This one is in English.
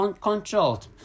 controlled